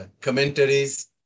commentaries